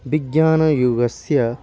विज्ञानयुगस्य